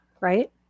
right